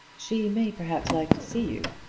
she may perhaps like to see you.